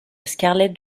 scarlett